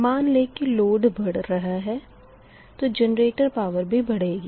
मान लें कि लोड बढ़ रहा है तो जनरेटर पावर भी बढ़ेगी